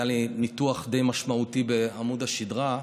היה לי ניתוח די משמעותי בעמוד השדרה,